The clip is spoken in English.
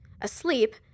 asleep